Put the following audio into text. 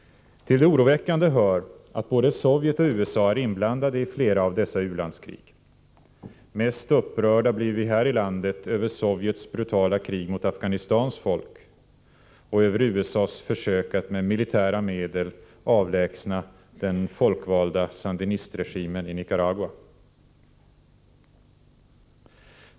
Till det oroväckande hör att både Sovjet och USA är inblandade i flera av dessa u-landskrig. Mest upprörda blir vi här i landet över Sovjets brutala krig mot Afghanistans folk och över USA:s försök att med militära medel avlägsna den folkvalda sandinistregimen i Nicaragua.